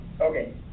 Okay